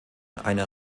einer